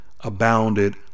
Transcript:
abounded